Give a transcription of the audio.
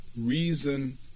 reason